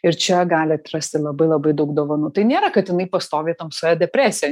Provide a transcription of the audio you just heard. ir čia gali atrasti labai labai daug dovanų tai nėra kad jinai pastoviai tamsoje depresija